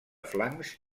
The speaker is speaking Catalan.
flancs